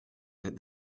that